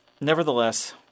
Nevertheless